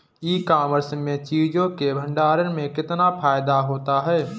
ई commerce में चीज़ों के भंडारण में कितना फायदा होता है?